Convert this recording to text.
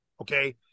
okay